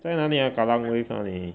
在哪里 ah Kallang Wave 哪里